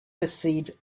perceived